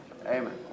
Amen